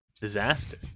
Disaster